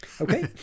okay